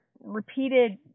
repeated